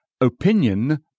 Opinion